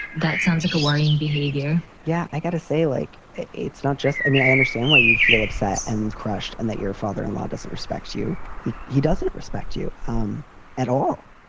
that sounds like a worrying behavior yeah. i got to say, like, it's not just i mean, i understand why you feel upset and crushed and that your father in law doesn't respect you. he he doesn't respect you um at all.